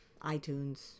iTunes